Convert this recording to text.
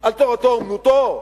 על תורתו-אומנותו?